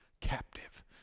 captive